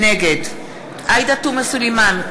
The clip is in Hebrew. נגד עאידה תומא סלימאן,